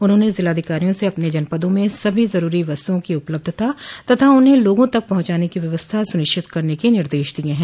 उन्होंने जिलाधिकारियों से अपने जनपदों में सभी जरूरी वस्तुओं की उपलब्धता तथा उन्हें लोगों तक पहुंचाने की व्यवस्था सुनिश्चित करने के निदश दिये हैं